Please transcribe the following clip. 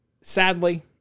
Sadly